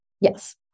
Yes